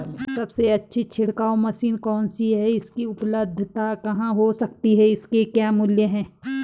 सबसे अच्छी छिड़काव मशीन कौन सी है इसकी उपलधता कहाँ हो सकती है इसके क्या मूल्य हैं?